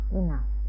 enough